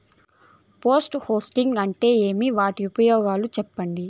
Post harvesting అంటే ఏమి? వాటి ఉపయోగాలు చెప్పండి?